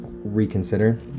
Reconsider